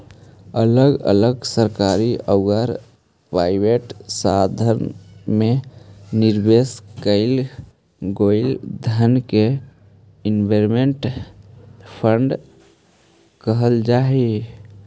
अलग अलग सरकारी औउर प्राइवेट संस्थान में निवेश कईल गेलई धन के इन्वेस्टमेंट फंड कहल जा हई